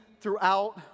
throughout